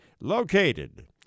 Located